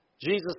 Jesus